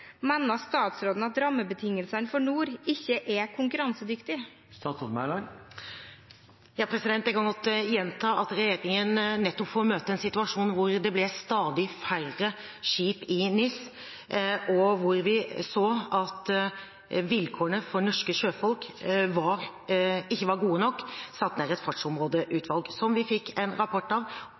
Mener statsråden at rammebetingelsene for NOR ikke er konkurransedyktige?» Jeg kan godt gjenta at regjeringen nettopp for å møte en situasjon hvor det ble stadig færre skip i NIS, og hvor vi så at vilkårene for norske sjøfolk ikke var gode nok, satte ned et fartsområdeutvalg som vi fikk en rapport